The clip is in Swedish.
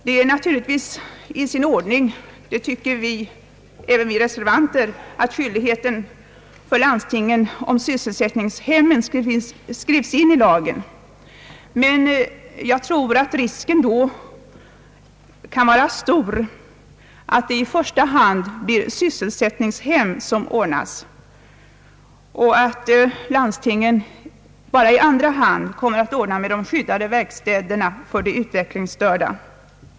Det är naturligtvis i sin ordning, det tycker även vi reservanter, att skyldigheten för landstingen om sysselsättningshemmen skrivs in i lagen, men jag tror att det då finns en stor risk för att det i första hand blir sysselsättningshem som ordnas och att landstingen bara i andra hand kommer att ordna med de skyddade verkstäderna för de utvecklingsstörda.